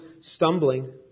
stumbling